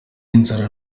inzara